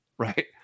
Right